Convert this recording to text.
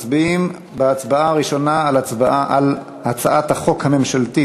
ההצבעה הראשונה תהיה הצבעה על הצעת החוק הממשלתית,